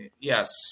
Yes